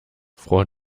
vor